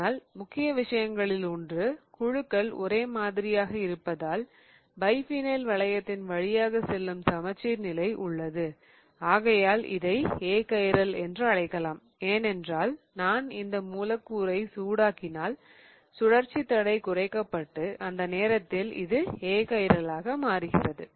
ஆனால் முக்கிய விஷயங்களில் ஒன்று குழுக்கள் ஒரே மாதிரியாக இருப்பதால் பைஃபினைல் வளையத்தின் வழியாக செல்லும் சமச்சீர் நிலை உள்ளது ஆகையால் இதை ஏகைரல் என்று அழைக்கலாம் ஏனென்றால் நான் இந்த மூலக்கூறை சூடாக்கினால் சுழற்சித் தடை குறைக்கப்பட்டு அந்த நேரத்தில் அது ஏகைரலாக மாறுகிறது